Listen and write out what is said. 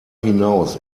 hinaus